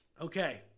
Okay